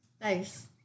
Nice